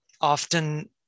often